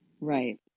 Right